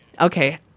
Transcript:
Okay